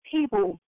people